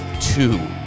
two